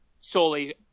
solely